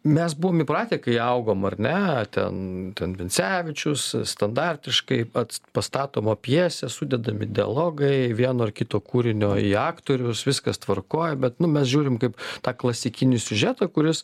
mes buvom įpratę kai augom ar ne ten ten vincevičius standartiškai pats pastatoma pjesė sudedami dialogai vieno ar kito kūrinio į aktorius viskas tvarkoj bet nu mes žiūrim kaip tą klasikinį siužetą kuris